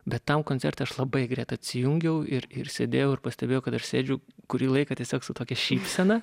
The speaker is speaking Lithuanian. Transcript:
bet tam koncerte aš labai greit atsijungiau ir ir sėdėjau ir pastebėjau kad aš sėdžiu kurį laiką tiesiog su tokia šypsena